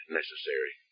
necessary